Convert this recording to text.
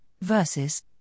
versus